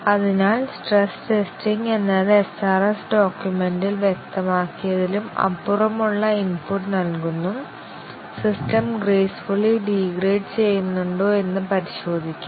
അതിനാൽ stress testing എന്നത് SRS ഡോക്യുമെന്റിൽ വ്യക്തമാക്കിയതിലും അപ്പുറമുള്ള ഇൻപുട്ട് നൽകുന്നു സിസ്റ്റം ഗ്രേസ്ഫുള്ളി ഡീഗ്രേഡ് ചെയ്യുന്നുണ്ടോ എന്ന് പരിശോധിക്കാൻ